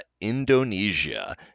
Indonesia